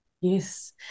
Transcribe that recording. Yes